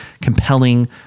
compelling